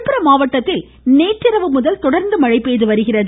விழுப்புரம் மாவட்டத்தில் நேற்றிரவு முதல் தொடா்ந்து மழை பெய்து வருகிறது